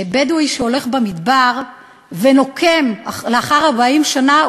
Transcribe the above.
אתם יודעים שבדואי שהולך במדבר ונוקם לאחר 40 שנה,